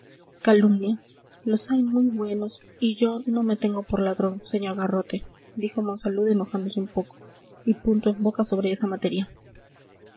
calumnia los hay muy buenos y yo no me tengo por ladrón sr garrote dijo monsalud enojándose un poco y punto en boca sobre esa materia